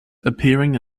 appearing